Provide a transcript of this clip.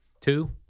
Two